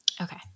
Okay